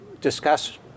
discuss